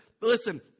listen